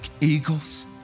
eagles